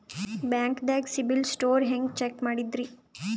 ಬ್ಯಾಂಕ್ದಾಗ CIBIL score ಹೆಂಗ್ check ಮಾಡದ್ರಿ?